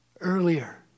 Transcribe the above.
earlier